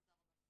תודה רבה.